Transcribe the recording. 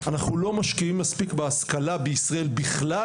אנחנו לא משקיעים מספיק בהשכלה בישראל בכלל